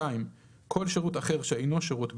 (2)כל שירות אחר שאינו שירות בזק,